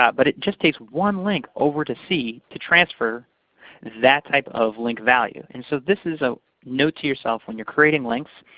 but it just takes one link over to c to transfer that type of link value. and so this is a note to yourself, when you're creating links,